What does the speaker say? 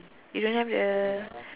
you don't have the